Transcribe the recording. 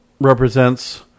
represents